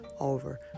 over